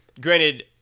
granted